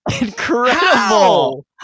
Incredible